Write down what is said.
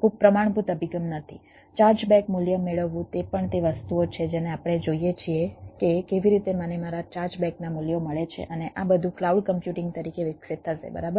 ખૂબ પ્રમાણભૂત અભિગમ નથી ચાર્જ બેક મૂલ્ય મેળવવું તે પણ તે વસ્તુઓ છે જેને આપણે જોઈએ છીએ કે કેવી રીતે મને મારા ચાર્જ બેકના મૂલ્યો મળે છે અને આ બધું ક્લાઉડ કમ્પ્યુટિંગ તરીકે વિકસિત થશે બરાબર